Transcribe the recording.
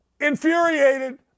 infuriated